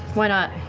why not.